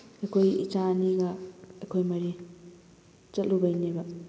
ꯑꯩꯈꯣꯏ ꯏꯆꯥ ꯑꯅꯤꯒ ꯑꯩꯈꯣꯏ ꯃꯔꯤ ꯆꯠꯂꯨꯕꯩꯅꯦꯕ